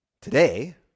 Today